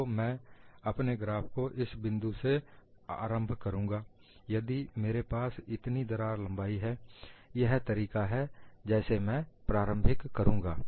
तो मैं अपने ग्राफ को इस बिंदु से प्रारंभ करूंगा यदि मेरे पास इतनी दरार लंबाई है यह तरीका है जैसे मैं प्रारंभिक करूंगा